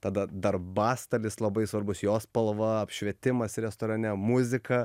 tada darbastalis labai svarbus jo spalva apšvietimas restorane muzika